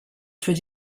suoi